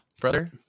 brother